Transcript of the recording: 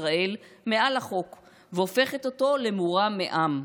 ישראל מעל החוק והופך אותו למורם מעם,